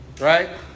right